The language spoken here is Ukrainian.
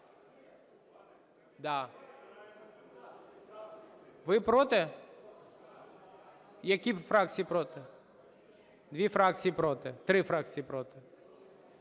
Ви проти? Які фракції проти? Дві фракції проти… Три фракції проти.